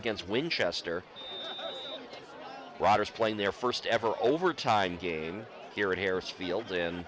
against winchester rogers playing their first ever overtime game here at harris field in